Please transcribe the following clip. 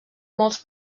molts